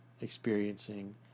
experiencing